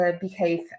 behave